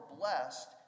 blessed